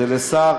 וזה שר,